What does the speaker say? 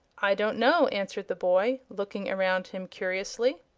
i don't know, answered the boy, looking around him curiously.